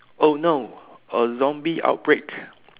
oh no a zombie outbreak